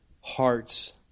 hearts